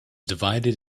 divided